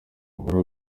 umugore